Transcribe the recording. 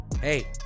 hey